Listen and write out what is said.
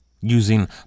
using